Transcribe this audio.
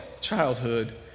childhood